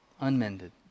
unmended